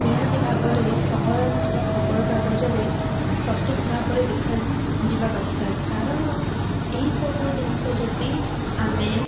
ନିହାତି ଭାବରେ ସହରାଞ୍ଚଳ ଖବରକାଗଜରେ ସଠିକ୍ ଭାବରେ ଦେଖାଯିବା ଦରକାର କାରଣ ଏସବୁ ଜିନିଷ ଯଦି ଆମେ